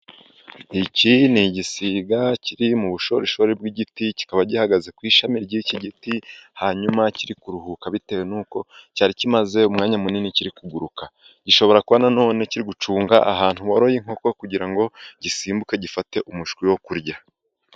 Iki ni igisiga kiri mu bushorishori bw’igiti, kikaba gihagaze ku ishami ry’iki giti, hanyuma kiri kuruhuka bitewe n’uko cyari kimaze umwanya munini kiri kuguruka. Gishobora kuba na none kiri gucunga ahantu boroye inkoko, kugira ngo gisimbuke gifate umushwi wo kurya.